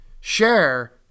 share